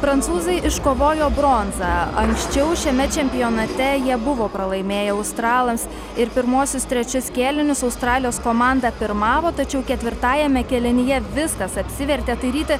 prancūzai iškovojo bronzą anksčiau šiame čempionate jie buvo pralaimėję australams ir pirmuosius trečius kėlinius australijos komanda pirmavo tačiau ketvirtajame kėlinyje viskas apsivertė tai ryti